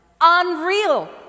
Unreal